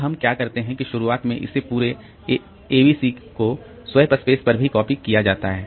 अब हम क्या करते हैं कि शुरुआत में इस पूरे एबीसी को स्वैप स्पेस पर भी कॉपी किया जाता है